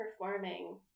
performing